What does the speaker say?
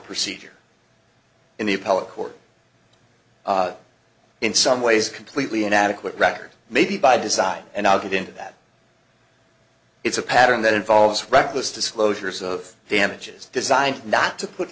procedure in the appellate court in some ways completely inadequate record maybe by design and i'll get into that it's a pattern that involves reckless disclosures of damages designed not to put